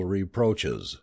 reproaches